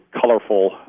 colorful